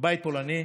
בבית פולני,